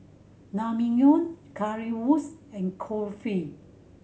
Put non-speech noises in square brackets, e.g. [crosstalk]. [unintelligible] Currywurst and Kulfi